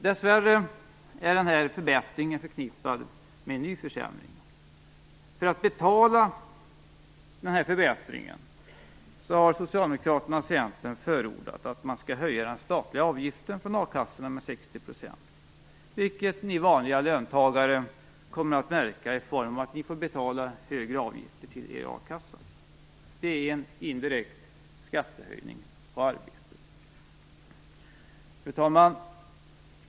Dessvärre är denna förbättring förknippad med en ny försämring. För att betala denna förbättring har Socialdemokraterna och Centern förordat att man skall höja den statliga avgiften från a-kassorna med 60 %, vilket ni vanliga löntagare kommer att märka i form av att ni får betala högre avgifter till er a-kassa. Det är en indirekt skattehöjning på arbete. Fru talman!